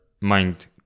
mind